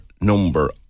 number